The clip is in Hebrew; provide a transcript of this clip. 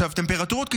טמפרטורות קיצוניות,